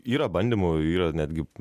yra bandymų yra netgi